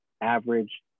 average